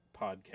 podcast